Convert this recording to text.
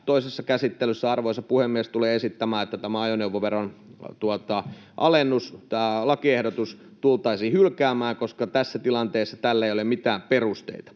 toisessa käsittelyssä tulen esittämään, että tämä lakiehdotus ajoneuvoveron alennuksesta tultaisiin hylkäämään, koska tässä tilanteessa tälle ei ole mitään perusteita.